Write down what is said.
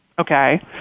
okay